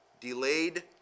delayed